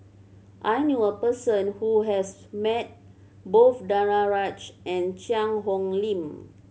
I knew a person who has met both Danaraj and Cheang Hong Lim